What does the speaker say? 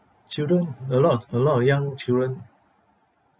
children a lot a lot of young children